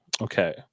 Okay